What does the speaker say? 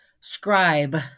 Scribe